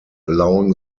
allowing